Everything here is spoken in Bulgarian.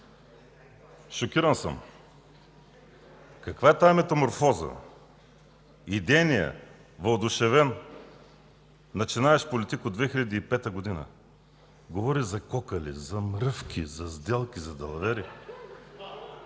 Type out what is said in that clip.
шокиран съм! Каква е тази метаморфоза? Идейният, въодушевен начинаещ политик от 2005 г. говори за кокали, за мръвки, за сделки, за далавери?!